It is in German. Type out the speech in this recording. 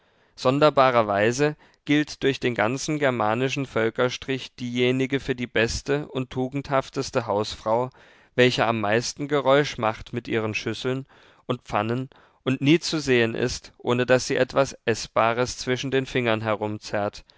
sonderbarerweise gilt durch den ganzen germanischen völkerstrich diejenige für die beste und tugendhafteste hausfrau welche am meisten geräusch macht mit ihren schüsseln und pfannen und nie zu sehen ist ohne daß sie etwas eßbares zwischen den fingern